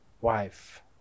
wife